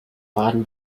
baden